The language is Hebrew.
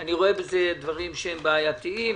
אני רואה בזה דברים שהם בעייתיים.